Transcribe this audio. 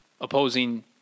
opposing